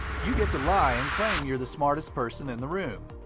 you get to lie and claim you're the smartest person in the room.